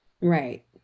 Right